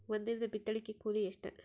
ಒಂದಿನದ ಬಿತ್ತಣಕಿ ಕೂಲಿ ಎಷ್ಟ?